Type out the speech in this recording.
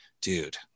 dude